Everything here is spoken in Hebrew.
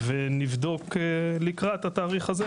ונבדוק לקראת התאריך הזה,